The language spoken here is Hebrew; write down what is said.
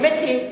האמת היא,